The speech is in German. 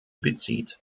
bezieht